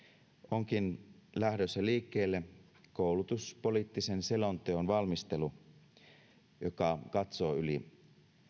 onkin lähdössä liikkeelle koulutuspoliittisen selonteon valmistelu joka katsoo yli